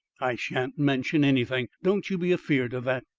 i shan't mention anything. don't you be afeared of that.